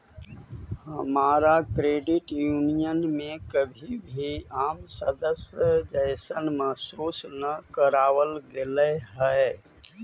हमरा credit union में कभी भी आम सदस्य जइसन महसूस न कराबल गेलई हल